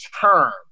term